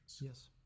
Yes